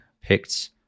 picked